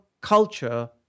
culture